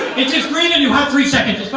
it is green and you have three seconds!